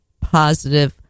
positive